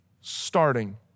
starting